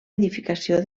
edificació